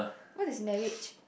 what is marriage